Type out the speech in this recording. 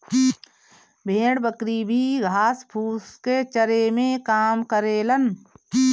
भेड़ बकरी भी घास फूस के चरे में काम करेलन